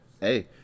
Hey